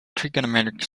trigonometric